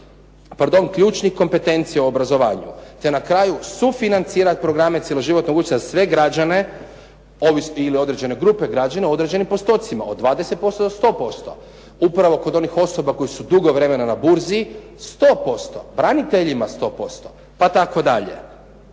ključnih kompetencija u obrazovanju, te na kraju sufinancirati programe cjeloživotnog učenja za sve građane ili određene grupe građana u određenim postocima, od 20% do 100%. Upravo kod onih osoba koje su drugo vremena na burzi 100%, braniteljima 100%, pa tako dalje.